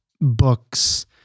books